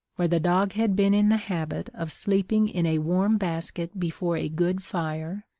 where the dog had been in the habit of sleeping in a warm basket before a good fire,